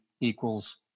equals